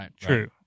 true